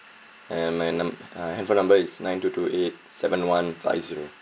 and my num~ uh handphone number is nine two two eight seven one five zero